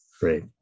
great